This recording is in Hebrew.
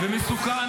מסוכן.